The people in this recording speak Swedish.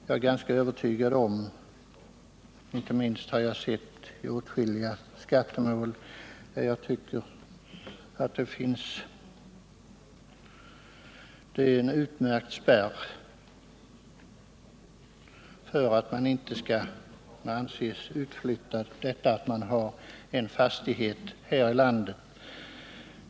Åtskilliga skattemål har visat att detta med att ha en fastighet här i landet som beskattas utgör en utmärkt spärr mot att man inte skall anses utflyttad ur landet.